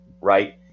right